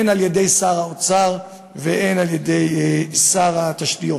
הן על-ידי שר האוצר והן על-ידי שר התשתיות.